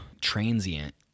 transient